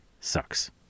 sucks